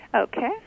Okay